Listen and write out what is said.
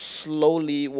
slowly